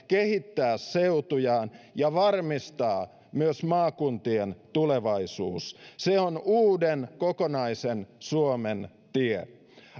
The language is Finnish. kehittää seutujaan ja varmistaa myös maakuntien tulevaisuus se on uuden kokonaisen suomen tie